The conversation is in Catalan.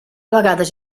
vegades